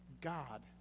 God